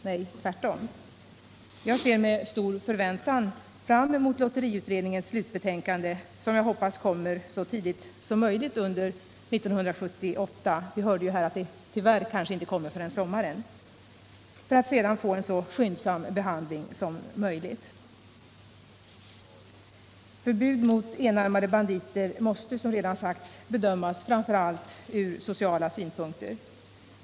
Jag ser verkligen med stora förväntningar fram emot lotteriutredningens slutbetänkande, som jag hoppas kommer så tidigt som möjligt 1978. Vi hörde att det kanske tyvärr inte kommer förrän fram på sommaren, men jag hoppas att det sedan får en så skyndsam behandling som möjligt. Förbudet mot enarmade banditer måste bedömas framför allt ur sociala synpunkter.